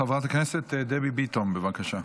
חברת הכנסת דבי ביטון, בבקשה.